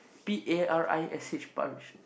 P A R I S H